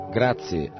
grazie